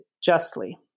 justly